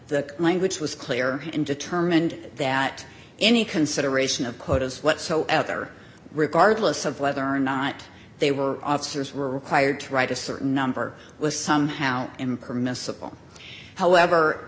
the language was clear in determined that any consideration of quotas whatsoever regardless of whether or not they were officers were required to write a certain number was somehow in permissible however